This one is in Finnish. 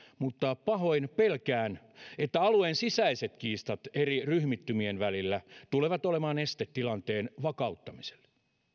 mutta pahoin pelkään että alueen sisäiset kiistat eri ryhmittymien välillä tulevat olemaan este tilanteen vakauttamiselle